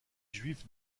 juifs